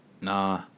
nah